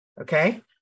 Okay